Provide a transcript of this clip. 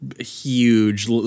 Huge